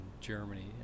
Germany